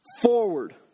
Forward